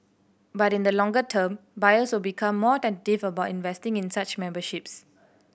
but in the longer term buyers will become more tentative about investing in such memberships